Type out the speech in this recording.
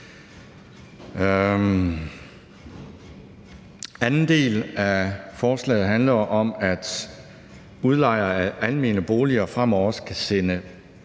Anden del af forslaget handler om, at udlejere af almene boliger fremover skal sende